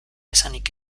esanik